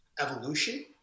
Evolution